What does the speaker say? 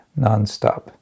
nonstop